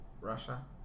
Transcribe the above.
Russia